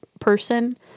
person